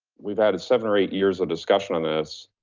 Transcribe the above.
we've had seven or eight years of discussion on this,